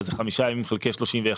אז זה חמישה ימים חלקי 31,